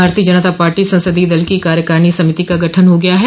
भारतीय जनता पार्टी संसदीय दल की कार्यकारिणी समिति का गठन हो गया है